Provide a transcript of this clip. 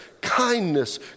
kindness